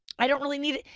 i don't really need it.